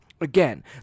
Again